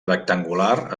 rectangular